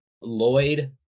Lloyd